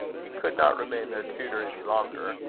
he could not remain their tutor any longer,